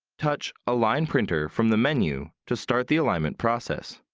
touch align printer from the menu to start the alignment process.